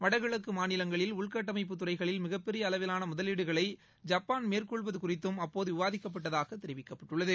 வடகிழக்கு மாநிலங்களில் உள்கட்டமைப்பு துறைகளில் மிகப்பெரிய அளவிலான முதலீடுகளை ஜப்பான் மேற்கொள்வது குறித்தும் அப்போது விவாதிக்கப்பட்டதாக தெரிவிக்கப்பட்டுள்ளது